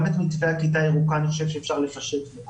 גם את מתווה כיתה ירוקה אני חושב שאפשר לפשט מאוד.